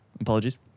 apologies